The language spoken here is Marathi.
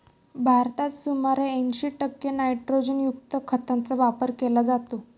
भारतात सुमारे ऐंशी टक्के नायट्रोजनयुक्त खतांचा वापर केला जातो